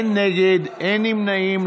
אין נגד ואין נמנעים.